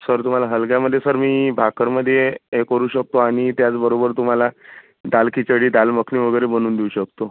sir तुम्हाला हलक्यामध्ये sir मी भाकरीमध्ये हे करू शकतो आणि त्याचबरोबर तुम्हाला दाल खिचडी दाल मखनी वगैरे बनवून देऊ शकतो